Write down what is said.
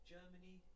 Germany